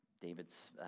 David's